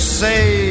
say